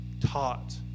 Taught